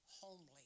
homely